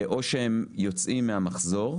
או שהרכבים האלה יוצאים מהמחזור,